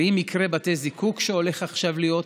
ראי מקרה בתי הזיקוק שהולך עכשיו להיות,